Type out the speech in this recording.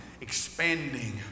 expanding